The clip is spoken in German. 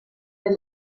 der